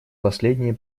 последние